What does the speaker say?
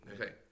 Okay